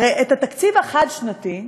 הרי את התקציב החד-שנתי,